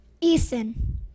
Ethan